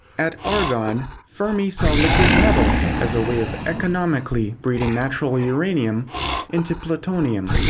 at argonne, fermi saw liquid metal as a way of economically breeding natural uranium into plutonium.